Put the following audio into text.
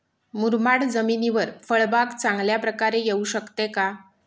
मुरमाड जमिनीवर फळबाग चांगल्या प्रकारे येऊ शकते का?